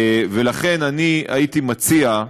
ולכן אני הייתי מציע,